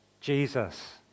Jesus